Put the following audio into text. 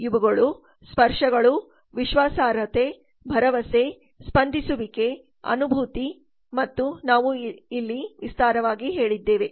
ಇವುಗಳು ಸ್ಪರ್ಶಗಳು ವಿಶ್ವಾಸಾರ್ಹತೆ ಭರವಸೆ ಸ್ಪಂದಿಸುವಿಕೆ ಅನುಭೂತಿ ಮತ್ತು ನಾವು ಇಲ್ಲಿ ವಿಸ್ತಾರವಾಗಿ ಹೇಳಿದ್ದೇವೆ